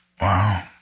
Wow